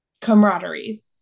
camaraderie